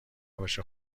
باشه